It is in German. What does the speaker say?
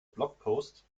blogpost